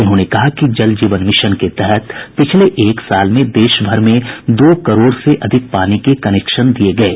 उन्होंने कहा कि जल जीवन मिशन के तहत पिछले एक साल में देशभर में दो करोड़ से अधिक पानी के कनेक्शन दिये गये